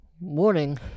morning